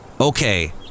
Okay